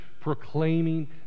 proclaiming